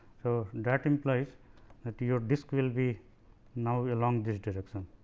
so, that implies that your disc will be now along this direction.